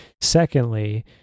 Secondly